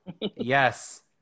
Yes